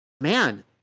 man